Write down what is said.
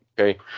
okay